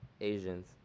Asians